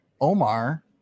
Omar